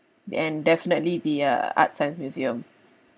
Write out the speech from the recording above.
and definitely the uh ArtScience museum